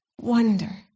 Wonder